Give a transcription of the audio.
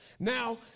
Now